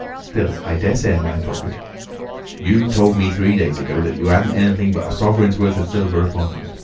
still, i daresay in my pocket you told me three days ago that you hadn't anything but a sovereign's worth of silver upon you.